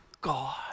God